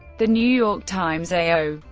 the new york times a. o.